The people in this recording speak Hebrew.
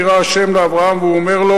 נראה השם לאברהם והוא אומר לו,